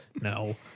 No